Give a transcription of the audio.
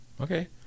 okay